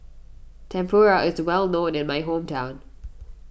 Tempura is well known in my hometown